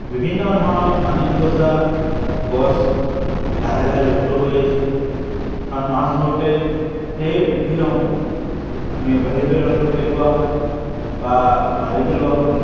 বিভিন্ন ধৰণৰ পানীত গজা গছ লাহে লাহে লুপ্ত হৈ আহিছে কাৰণ মাছ ধৰোঁতে সেই উদ্ভিদসমূহ আমি উঘালি পেলালোঁ পেলোৱা হয় বা মাৰি পেলোৱা হয়